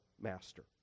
master